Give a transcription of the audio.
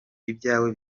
ibyawe